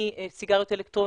מסיגריות אלקטרוניות,